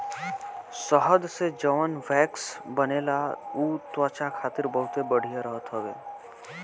शहद से जवन वैक्स बनेला उ त्वचा खातिर बहुते बढ़िया रहत हवे